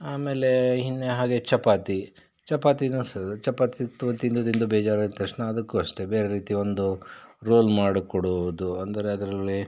ಆಮೇಲೆ ಇನ್ನ್ ಹಾಗೆ ಚಪಾತಿ ಚಪಾತಿನೂ ಚಪಾತಿ ತಿಂದು ತಿಂದು ಬೇಜಾರಾದ ತಕ್ಷಣ ಅದಕ್ಕೂ ಅಷ್ಟೆ ಬೇರೆ ರೀತಿ ಒಂದು ರೋಲ್ ಮಾಡಿಕೊಡುವುದು ಅಂದರೆ ಅದರಲ್ಲಿ